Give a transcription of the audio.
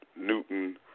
Newton